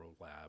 lab